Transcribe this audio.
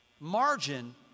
Margin